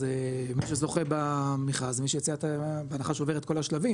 אז מי שזוכה במכרז זה מי שיציע בהנחה שעובר את כל השלבים